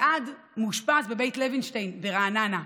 אלעד מאושפז בבית לוינשטיין ברעננה.